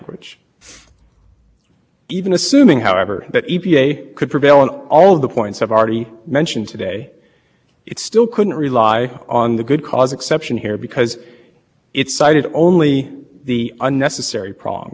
couldn't rely on the good cause exception here because it cited only the unnecessary prong of that exception and is this court has said in mack trucks cited on page ten of our reply brief that